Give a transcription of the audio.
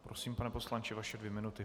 Prosím, pane poslanče, vaše dvě minuty.